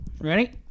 Ready